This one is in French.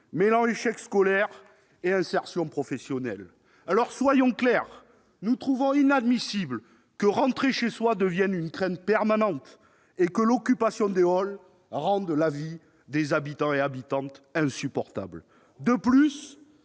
mêlant échec scolaire et défaut d'insertion professionnelle. Soyons clairs : nous trouvons inadmissible que rentrer chez soi devienne une crainte permanente et que l'occupation des halls rende la vie des habitantes et des habitants insupportable. En outre,